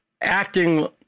acting